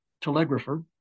telegrapher